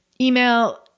email